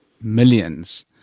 millions